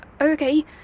Okay